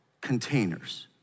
Containers